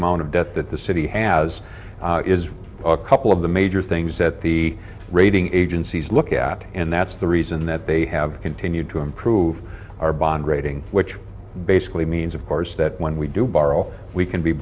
amount of debt that the city has is a couple of the major things that the rating agencies look at and that's the reason that they have continued to improve our bond rating which basically means of course that when we do borrow we can be